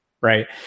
right